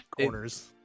corners